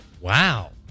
Wow